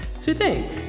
today